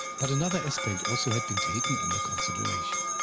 but another aspect also had been taken under consideration.